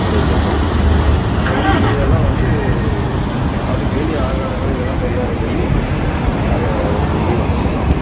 இது இருக்கும் மற்றபடி இதெல்லாம் வந்து அதுக்கு வேண்டிய ஆகாரங்கள் இதெலாம் சரியாக இது பண்ணி அதை இதுபடிக்கு கவனிச்சுக்குறோம்